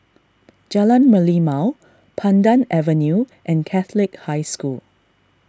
Jalan Merlimau Pandan Avenue and Catholic High School